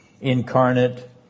incarnate